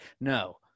no